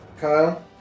Kyle